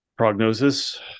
prognosis